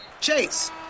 Chase